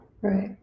Right